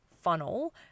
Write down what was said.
funnel